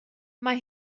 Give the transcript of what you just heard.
mae